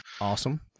Awesome